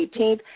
18th